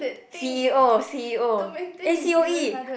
C_E_O C_E_O eh C_O_E